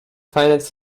finance